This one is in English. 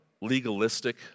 legalistic